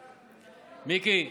מיקי,